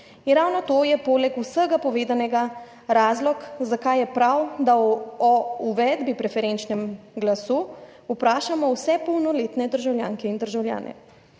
ravno to je poleg vsega povedanega razlog, zakaj je prav, da o uvedbi preferenčnega glasu vprašamo vse polnoletne državljanke in državljane.